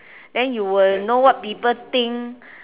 then you will know what people think